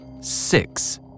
six